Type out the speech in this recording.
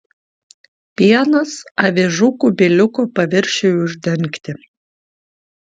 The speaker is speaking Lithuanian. pienas avižų kubiliuko paviršiui uždengti